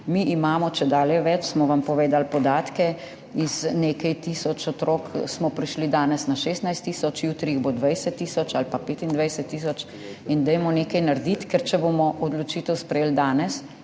Mi imamo čedalje več, smo vam povedali podatke, z nekaj tisoč otrok smo prišli danes na 16 tisoč, jutri jih bo 20 tisoč ali pa 25 tisoč in dajmo nekaj narediti. Ker če bomo odločitev sprejeli danes,